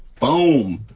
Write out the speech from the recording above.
boom,